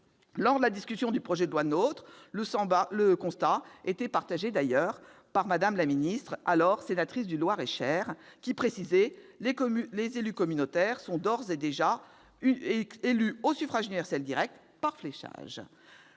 Lors de l'examen du projet de loi NOTRe, le constat semblait largement partagé par Mme la ministre, alors sénatrice du Loir-et-Cher, qui précisait que « les élus communautaires sont d'ores et déjà élus au suffrage universel direct par fléchage ».